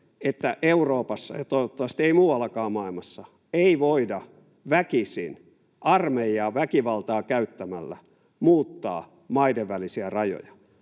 että Euroopassa — ja toivottavasti ei muuallakaan maailmassa — ei voida väkisin, armeijaa ja väkivaltaa käyttämällä, muuttaa maiden välisiä rajoja.